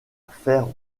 faire